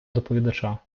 доповідача